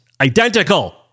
Identical